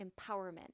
empowerment